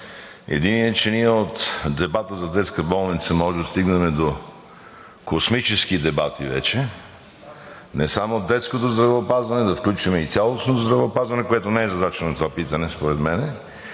Единият е, че ние от дебата за детска болница може да стигнем до космически дебати вече – не само детското здравеопазване, а да включим и цялостното здравеопазване, което не е задача на това питане според мен